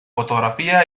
fotografía